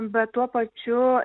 bet tuo pačiu